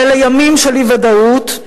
ואלה ימים של אי-ודאות,